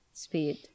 speed